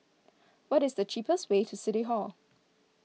what is the cheapest way to City Hall